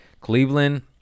Cleveland